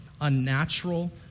unnatural